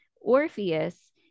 Orpheus